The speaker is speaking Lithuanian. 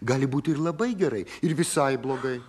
gali būti ir labai gerai ir visai blogai